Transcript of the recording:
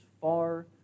far